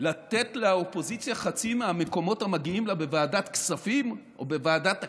לתת לאופוזיציה חצי מהמקומות המגיעים לה בוועדת כספים או בוועדת הכנסת?